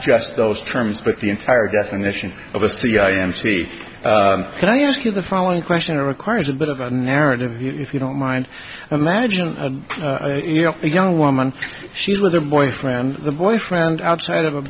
just those terms but the entire definition of the cia and cheat can i ask you the following question requires a bit of a narrative if you don't mind imagine a young woman she's with her boyfriend the boyfriend outside of a